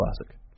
Classic